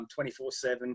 24-7